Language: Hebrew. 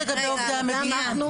זה רק לגבי עובדי המדינה.